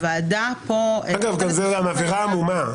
אגב, זו עבירה עמומה.